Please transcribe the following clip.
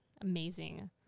Amazing